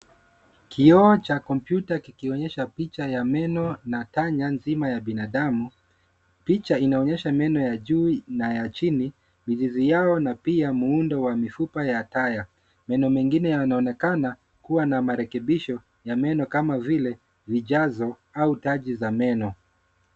Kioo cha kompyuta kikionyesha picha ya meno na taya nzima ya binadamu. Picha inaonyesha meno ya juu na ya chini, mizizi yao na pia muundo wa mifupa ya taya. Meno mengine yanaonekana kuwa na marekebisho ya meno kama vile mijazo au taji za meno.